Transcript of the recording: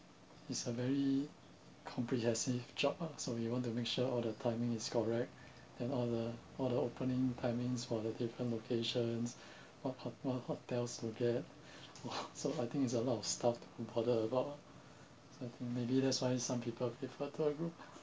it's a very comprehensive job ah so you want to make sure all the timing is correct and all the all the opening timings for the different locations hot~ hot~ hotels locate so I think it's a lot of stuff to bother about ah so I think maybe that's why some people prefer to a group